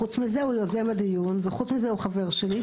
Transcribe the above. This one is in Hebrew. חוץ מזה הוא יוזם הדיון וחוץ מזה הוא חבר שלי.